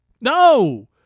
No